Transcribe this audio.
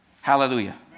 Hallelujah